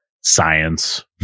science